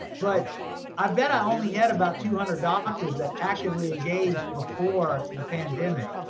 but i bet i only had about two hundred doctors that actively engaged before the pandemic.